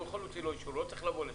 ובכל זאת ללא אישור, לא צריך לבוא לשם.